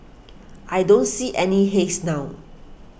I don't see any haze now